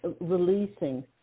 releasing